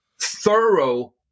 thorough